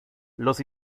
los